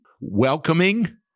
welcoming